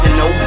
no